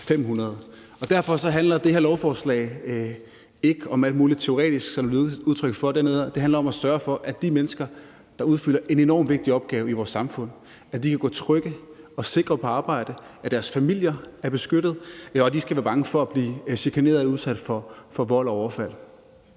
Derfor handler det her lovforslag ikke om alt muligt teoretisk, men det handler om at sørge for, at de mennesker, der udfylder en enormt vigtig opgave i vores samfund, kan gå trygge og sikre på arbejde, at deres familier er beskyttet, og at de ikke skal være bange for at blive chikaneret eller udsat for vold og overfald.